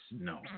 No